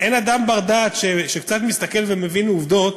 אין אדם בר-דעת שקצת מסתכל ומבין עובדות